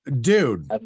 dude